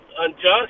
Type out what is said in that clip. unjust